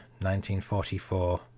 1944